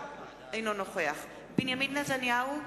אינו נוכח בנימין נתניהו,